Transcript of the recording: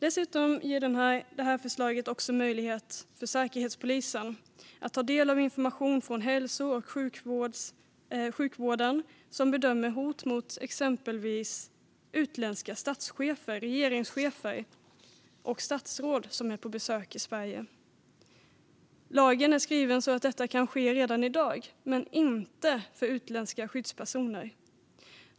Detta förslag ger också Säkerhetspolisen möjlighet att ta del av information från hälso och sjukvården som bedömer hot mot exempelvis utländska statschefer, regeringschefer och statsråd på besök i Sverige. Lagen är skriven så att detta kan ske redan i dag, dock inte för utländska skyddspersoner.